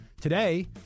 Today